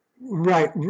Right